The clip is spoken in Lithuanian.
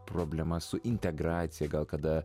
problemas su integracija gal kada